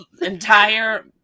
entire